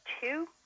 two